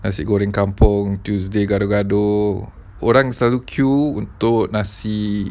nasi goreng kampung tuesday gado-gado orang selalu queue untuk nasi